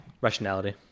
Rationality